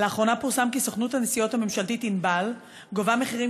לאחרונה פורסם כי סוכנות הנסיעות הממשלתית "ענבל" גובה מחירים